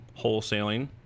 Wholesaling